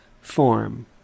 form